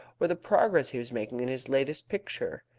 or the progress he was making in his latest picture.